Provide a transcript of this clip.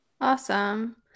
Awesome